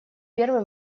первый